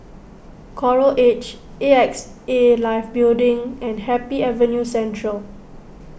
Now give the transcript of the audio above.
Coral Edge Axa Life Building and Happy Avenue Central